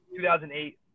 2008